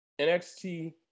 NXT